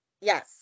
Yes